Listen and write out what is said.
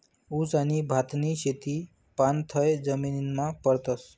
ऊस आणि भातनी शेती पाणथय जमीनमा करतस